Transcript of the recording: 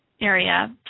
area